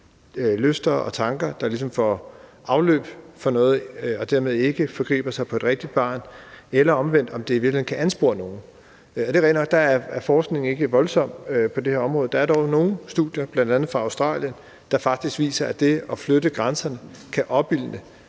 lyster og tanker, der ligesom får afløb for noget og dermed ikke forgriber sig på et rigtigt barn, eller om det på den anden side i virkeligheden kan anspore nogen, og det er rigtigt nok, at der ikke er voldsomt meget forskning på det her område. Der er dog nogle studier, bl.a. fra Australien, der faktisk viser, at det at flytte grænserne kan opildne